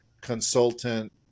consultant